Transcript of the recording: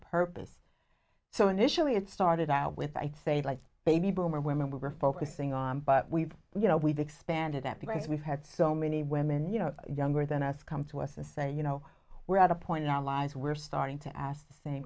purpose so initially it started out with i say like baby boomer women we're focusing on but we've you know we've expanded that because we've had so many women you know younger than us come to us and say you know we're at a point in our lives we're starting to ask th